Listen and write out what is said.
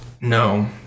No